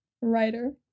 writer